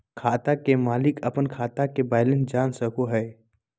खाता के मालिक अपन खाता के बैलेंस जान सको हय